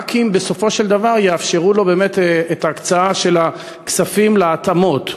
רק אם בסופו של דבר יאפשרו לו באמת את ההקצאה של הכספים להתאמות.